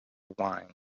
wine